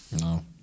No